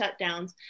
shutdowns